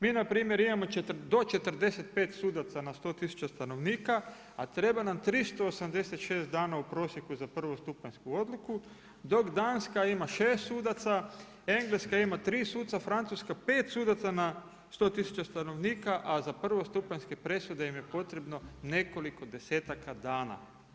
Mi npr. imamo do 45 sudaca na 100 tisuća stanovnika, a treba nam 386 dana u prosjeku za prvostupanjsku odluku dok Danska ima 6 sudaca, Engleska ima 3 sudac, Francuska 5 sudaca na 100 tisuća stanovnika a za prvostupanjske presude im je potrebno nekoliko desetaka dana.